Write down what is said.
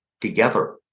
together